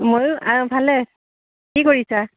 ময়ো অঁ ভালেই কি কৰিছা